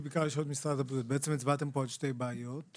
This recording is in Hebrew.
ואנחנו עוד לא מדברים על המצב של קבוצות שונות בתוך האוכלוסייה הערבית,